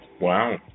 Wow